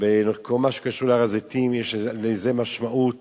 בכל מה שקשור להר-הזיתים, יש לזה משמעות